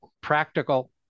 Practical